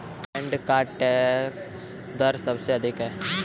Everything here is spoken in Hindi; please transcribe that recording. फ़िनलैंड का टैक्स दर सबसे अधिक है